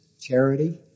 charity